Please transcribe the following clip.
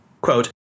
Quote